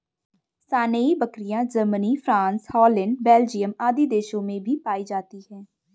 सानेंइ बकरियाँ, Germany, France, Holland, Belgium आदि देशों में भी पायी जाती है